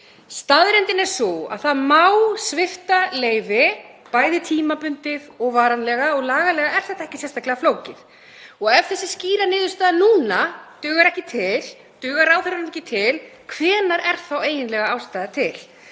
Staðreyndin er sú að það má svipta leyfi bæði tímabundið og varanlega og lagalega er þetta ekki sérstaklega flókið. Ef þessi skýra niðurstaða núna dugar ráðherranum ekki til, hvenær er þá eiginlega ástæða til?